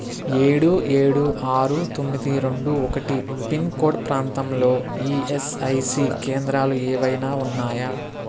ఏడు ఏడు ఆరు తొమ్మిది రెండు ఒకటి పిన్ కోడ్ ప్రాంతంలో ఈఎస్ఐసి కేంద్రాలు ఏవైనా ఉన్నాయా